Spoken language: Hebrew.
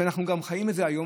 אנחנו גם חיים את זה היום,